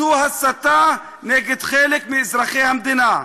זו הסתה נגד חלק מאזרחי המדינה.